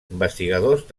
investigadors